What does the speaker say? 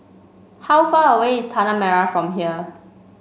how far away is Tanah Merah from here